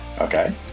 Okay